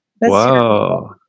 Wow